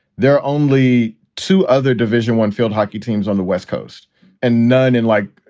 there are only two other division one field hockey teams on the west coast and none and like,